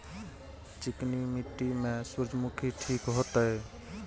चिकनी मिट्टी में सूर्यमुखी ठीक होते?